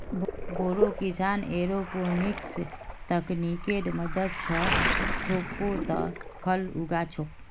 बोरो किसान एयरोपोनिक्स तकनीकेर मदद स थोकोत फल उगा छोक